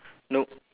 nope